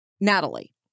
Natalie